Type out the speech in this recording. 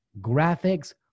graphics